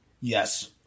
Yes